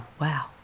wow